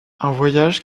voyage